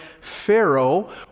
Pharaoh